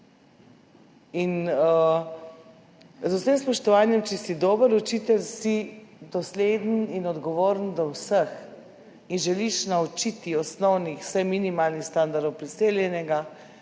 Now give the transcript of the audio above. Z vsem spoštovanjem, če si dober učitelj, si dosleden in odgovoren do vseh in želiš naučiti osnovnih, vsaj minimalnih standardov priseljenega,